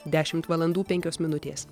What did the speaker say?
dešimt valandų penkios minutės